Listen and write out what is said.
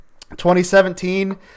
2017